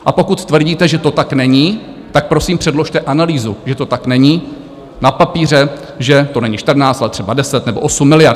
A pokud tvrdíte, že to tak není, tak prosím předložte analýzu, že to tak není, na papíře, že to není 14, ale třeba 10 nebo 8 miliard.